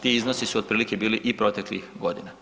Ti iznosi su otprilike bili i proteklih godina.